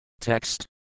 Text